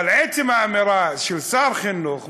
אבל עצם האמירה של שר חינוך,